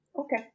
Okay